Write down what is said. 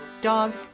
dog